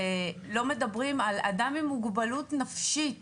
ולא מדברים על אדם עם מוגבלות נפשית,